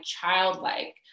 childlike